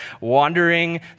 wandering